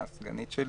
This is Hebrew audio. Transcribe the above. הסגנית שלי.